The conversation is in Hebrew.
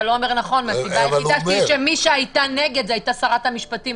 הסיבה היחידה שמי שהייתה נגד זה הייתה שרת המשפטים,